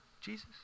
Jesus